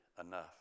enough